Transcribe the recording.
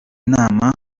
nama